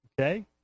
Okay